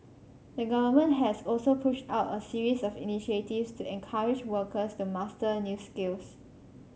the government has also pushed out a series of initiatives to encourage workers to master new skills